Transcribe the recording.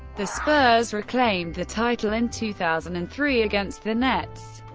the spurs reclaimed the title in two thousand and three against the nets.